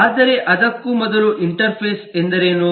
ಆದರೆ ಅದಕ್ಕೂ ಮೊದಲು ಇಂಟರ್ಫೇಸ್ ಎಂದರೇನು